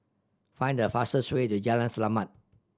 find the fastest way to Jalan Selamat